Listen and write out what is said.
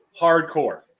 Hardcore